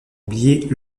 oubliées